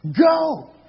Go